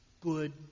good